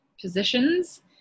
positions